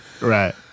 Right